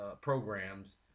programs